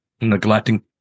neglecting